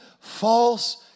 false